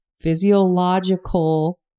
physiological